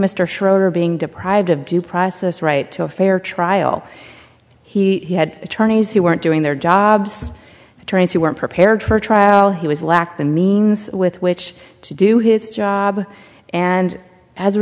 mr schroeder being deprived of due process right to a fair trial he had attorneys who weren't doing their jobs attorneys who weren't prepared for trial he was lacked the means with which to do his job and as a